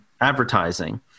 advertising